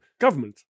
government